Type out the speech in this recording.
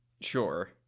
sure